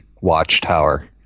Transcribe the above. watchtower